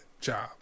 job